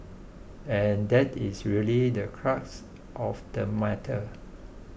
and that is really the crux of the matter